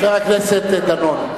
חבר הכנסת דנון,